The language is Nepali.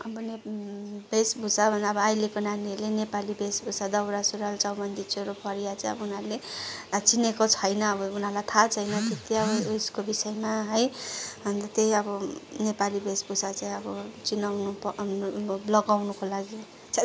अब ने नेपाली वेशभूषा भन्दा अब अहिलेको नानीहरूले नेपाली वेशभूषा दौरा सुरुवाल चौबन्दी चोलो फरिया चाहिँ अब उनीहरूले चिनेको छैन अब उनीहरूलाई थाहा छैन त्यत्ति अब उयेसको विषयमा है अन्त त्यही अब नेपाली वेशभूषा चाहिँ अब चिनाउनु अँ अ लगाउनुको लागि